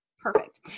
Perfect